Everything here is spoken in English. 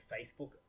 Facebook